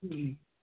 जी